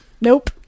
Nope